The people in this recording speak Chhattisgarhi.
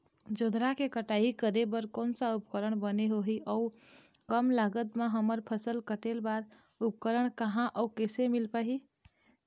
जोंधरा के कटाई करें बर कोन सा उपकरण बने होही अऊ कम लागत मा हमर फसल कटेल बार उपकरण कहा अउ कैसे मील पाही?